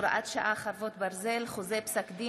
הודעת סגנית מזכיר הכנסת,